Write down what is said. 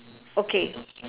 okay